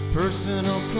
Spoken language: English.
personal